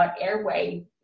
airway